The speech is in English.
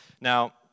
Now